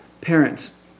parents